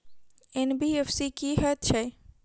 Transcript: NBFC की हएत छै?